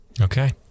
Okay